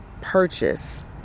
purchase